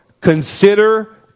Consider